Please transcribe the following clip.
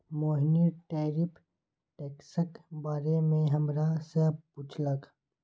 मोहिनी tariff टैक्सक बारे मे हमरा सँ पुछलक